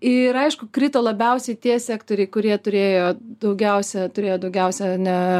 ir aišku krito labiausiai tie sektoriai kurie turėjo daugiausia turėjo daugiausia ne